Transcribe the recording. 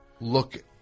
look